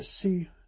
see